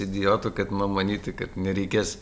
idiotu kad na manyti kad nereikės